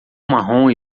marrom